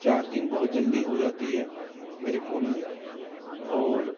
charging بہت جلدی ہو جاتی ہے میرے فون میں اور